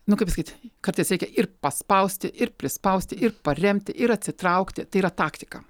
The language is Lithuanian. nu kaip sakyt kartais reikia ir paspausti ir prispausti ir paremti ir atsitraukti tai yra taktika